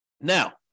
Now